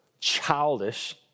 childish